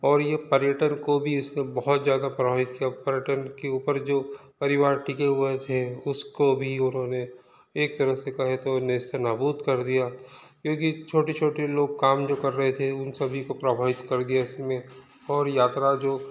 और ये पर्यटन को भी इसको बहुत ज्यादा प्रभावित किया पर्यटन के ऊपर जो परिवार टिके हुए थे उसको भी उन्होंने एक तरफ से कहें तो नेस्तनाबूद कर दिया क्योंकि छोटे छोटे लोग काम जो कर रहे थे उन सभी को प्रभावित कर दिया इसमें और यात्रा जो